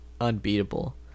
unbeatable